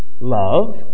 love